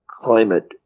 climate